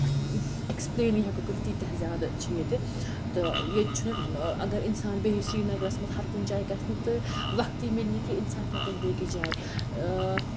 ایکسپٕلینٕے ہٮ۪کَو کٔرِتھ تیٖتیاہ زیادٕ چھِ ییٚتہِ تہٕ ییٚتہِ چھُنہٕ اَگر اِنسان بیٚہہِ سرینگرَس منٛز ہر کُنہِ جایہِ گژھِ نہٕ تہٕ وَقتی مِلہِ نہٕ کہِ اِنسان کیاہ گژھِ بیٚکِس جایہِ